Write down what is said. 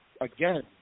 again